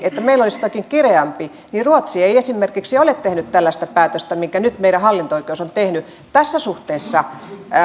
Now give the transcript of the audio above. että meillä olisi jotenkin kireämpää kuin ruotsissa niin ruotsi ei esimerkiksi ole tehnyt tällaista päätöstä minkä nyt meidän hallinto oikeus on tehnyt tässä suhteessa